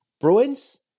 Bruins